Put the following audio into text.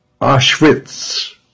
Auschwitz